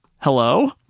hello